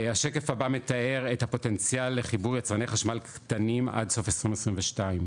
השקף הבא מתאר את הפוטנציאל לחיבור יצרני חשמל קטנים עד סוף 2022,